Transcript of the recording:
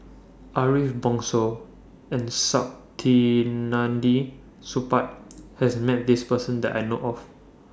Ariff Bongso and Saktiandi Supaat has Met This Person that I know of